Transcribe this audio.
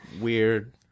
weird